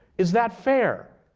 is that fair?